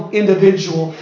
individual